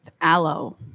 aloe